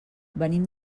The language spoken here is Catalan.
venim